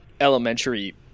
elementary